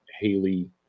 haley